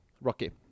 Rocky